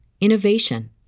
innovation